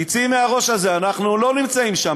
תצאי מהראש הזה, אנחנו לא נמצאים שם.